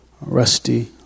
Rusty